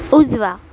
उजवा